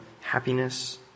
happiness